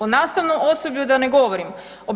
O nastavnom osoblju da ne govorim.